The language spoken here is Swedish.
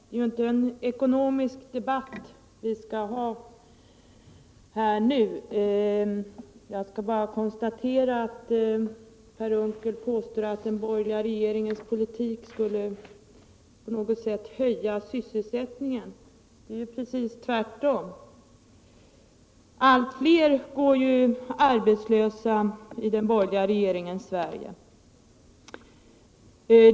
Herr talman! Det är inte en ekonomisk debatt vi skall föra här. Jag skall bara konstatera att Per Unckel påstår att den borgerliga regeringens politik på något sätt skulle höja sysselsättningen. Det är precis tvärtom. Allt fler människor går arbetslösa i den borgerliga regeringens Sverige.